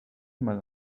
mal